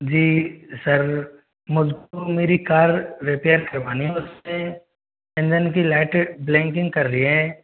जी sir मुझको मेरी car repair करवानी है उसके इंजन की लाइट ब्लिंकिंग कर रही है